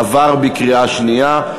עברה בקריאה שנייה.